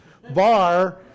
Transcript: bar